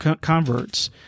converts